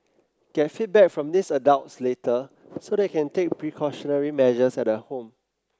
get feedback from these adults later so that you can take precautionary measures at the home